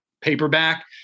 paperback